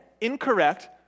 incorrect